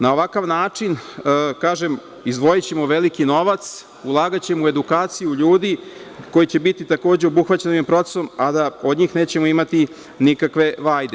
Na ovakav način izdvojićemo veliki novac, ulagaćemo u edukaciju ljudi koji će biti takođe obuhvaćeni procesom, ali od njih nećemo imati nikakve vajde.